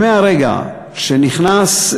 מרגע שנכנס,